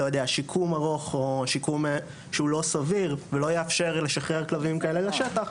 שיקום ארוך או שיקום שהוא לא סביר ולא יאפשר לשחרר כלבים כאלה לשטח,